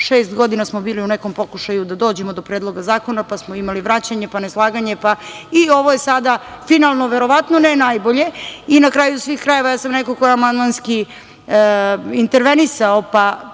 šest godina smo bili u nekom pokušaju da dođemo do predloga zakona, pa smo imali vraćanje, pa neslaganje. Ovo je sada finalno, verovatno ne najbolje. Na kraju svih krajeva ja sam neko ko je amandmanski intervenisao, pa